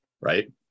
right